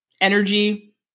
energy